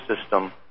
system